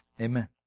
Amen